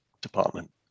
department